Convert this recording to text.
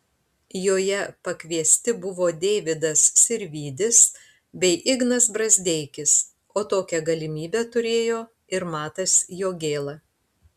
joje pakviesti buvo deividas sirvydis bei ignas brazdeikis o tokią galimybę turėjo ir matas jogėla